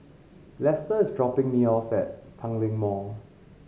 Lesta is dropping me off at Tanglin Mall